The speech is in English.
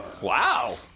Wow